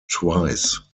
twice